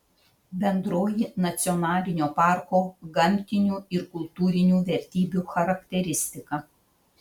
bendroji nacionalinio parko gamtinių ir kultūrinių vertybių charakteristika